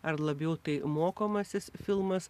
ar labiau tai mokomasis filmas